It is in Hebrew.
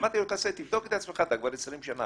אמרתי לו, תבדוק את עצמך, אתה כבר 20 שנה,